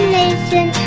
nation